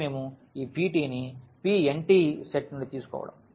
అదే మేము ఈ ptని Pn సెట్ నుండి తీసుకోవడం